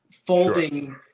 folding